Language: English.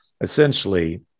essentially